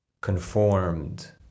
conformed